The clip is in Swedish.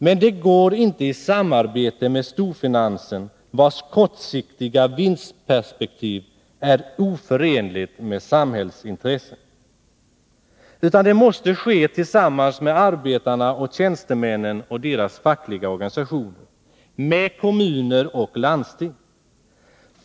Men det går inte att göra det i samarbete med storfinansen, vars kortsiktiga vinstperspektiv är oförenligt med samhällsintresset. Det måste ske tillsammans med arbetarna och tjänstemännen och deras fackliga organisationer, med kommuner och landsting.